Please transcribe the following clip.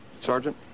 Sergeant